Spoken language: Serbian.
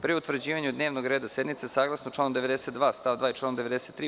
Pre utvrđivanja dnevnog reda sednice saglasno članu 92. stav 2. i članu 93.